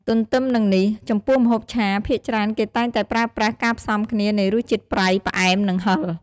ទ្ទឹមនឹងនេះ ចំពោះម្ហូបឆា ភាគច្រើនគេតែងតែប្រើប្រាស់ការផ្សំគ្នានៃរសជាតិប្រៃ ផ្អែម និងហឹរ។